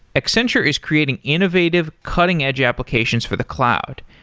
accenture is creating innovative, cutting edge applications for the cloud,